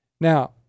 Now